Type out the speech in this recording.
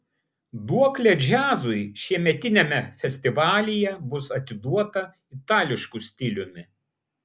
duoklė džiazui šiemetiniame festivalyje bus atiduota itališku stiliumi